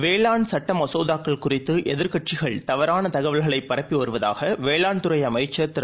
வேளாண்சட்டமசோதாக்கள்குறித்துஎதிர்க்கட்சிகள் தவறானதகவல்களைபரப்பிவருவதாகவேளாண்துறைஅமைச்சர்திரு